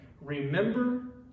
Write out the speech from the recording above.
Remember